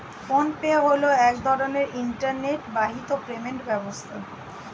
phone pay হলো এক ধরনের ইন্টারনেট বাহিত পেমেন্ট ব্যবস্থা